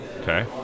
okay